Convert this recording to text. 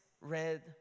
red